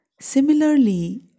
similarly